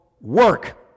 Work